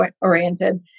oriented